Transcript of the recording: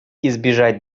избежать